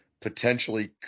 potentially